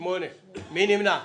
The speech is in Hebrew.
מי נמנע?